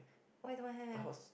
why you don't want have